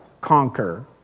conquer